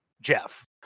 Jeff